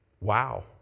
Wow